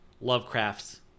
Lovecraft's